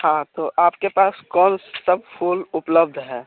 हाँ तो आपके पास कौन से फूल उपलब्ध हैं